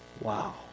Wow